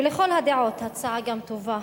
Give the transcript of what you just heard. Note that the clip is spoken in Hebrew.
ולכל הדעות גם הצעה טובה,